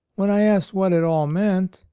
when i asked what it all meant,